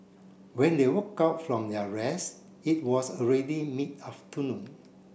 when they woke up from their rest it was already mid afternoon